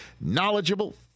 knowledgeable